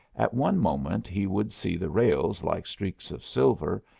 at one moment he would see the rails like streaks of silver,